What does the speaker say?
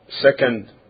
second